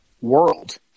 world